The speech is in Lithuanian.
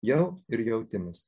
jau ir jautims